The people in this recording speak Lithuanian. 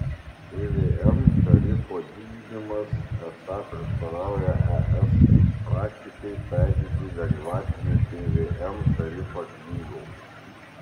pvm tarifo didinimas esą prieštarauja es praktikai taikyti lengvatinį pvm tarifą knygoms